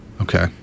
Okay